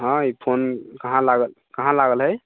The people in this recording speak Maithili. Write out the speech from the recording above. हँ ई फोन कहाँ लागल कहाँ लागल हइ